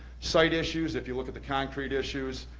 site issues, if you look at the concrete issues,